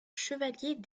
chevaliers